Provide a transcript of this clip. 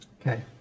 Okay